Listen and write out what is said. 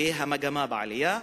והמגמה בעלייה.